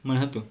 mana satu